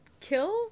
Kill